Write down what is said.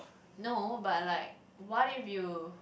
no but like what if you